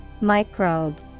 Microbe